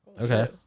Okay